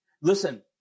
Listen